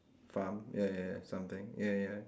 farm ya ya ya something ya ya ya